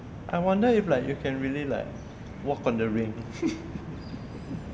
I wonder if like you can really like walk on the rain